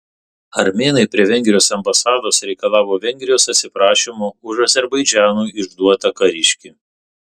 armėnai prie vengrijos ambasados reikalavo vengrijos atsiprašymo už azerbaidžanui išduotą kariškį